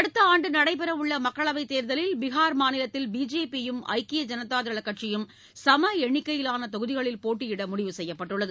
அடுத்த ஆண்டு நடைபெறவுள்ள மக்களவைத் தேர்தலில் பீகார் மாநிலத்தில் பிஜேபியும் ஐக்கிய ஜனதா தளம் கட்சியும் சம எண்ணிக்கையிவாள தொகுதிகளில் போட்டியிட முடிவு செய்யப்பட்டுள்ளது